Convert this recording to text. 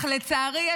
אך לצערי,